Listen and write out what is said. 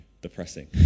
depressing